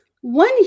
one